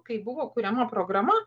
kai buvo kuriama programa